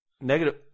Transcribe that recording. Negative